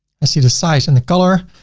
i see the size and the color.